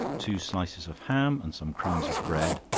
two slices of ham, and some crumbs of bread,